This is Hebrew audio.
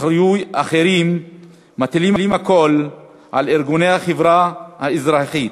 אחרים מטילים הכול על ארגוני החברה האזרחית.